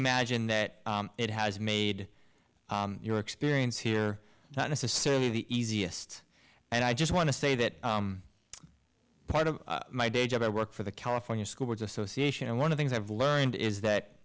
imagine that it has made your experience here not necessarily the easiest and i just want to say that part of my day job i work for the california schools association and one of things i've learned is that